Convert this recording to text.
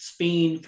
Spain